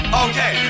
okay